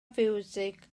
fiwsig